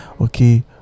okay